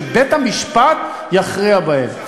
שבית-המשפט יכריע לגביהם.